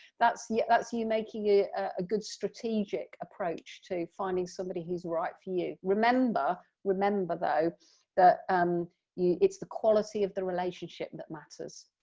that's yeah that's you you making a ah good strategic approach to finding somebody who's right for you. remember remember though that um it's the quality of the relationship that matters.